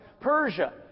Persia